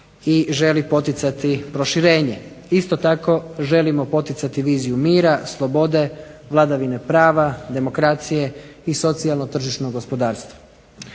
i želi poticati proširenje. Isto tako želimo poticati viziju mira, slobode, vladavine prava i socijalno tržišno gospodarstvo.